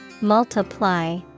Multiply